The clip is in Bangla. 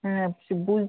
হ্যাঁ সে